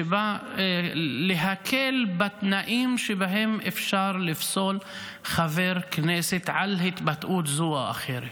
שבא להקל בתנאים שבהם אפשר לפסול חבר כנסת על התבטאות זו או אחרת,